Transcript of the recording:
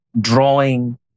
drawing